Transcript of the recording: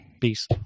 Peace